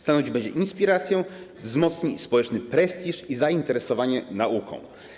Stanowić będzie inspirację, wzmocni społeczny prestiż i zainteresowanie nauką.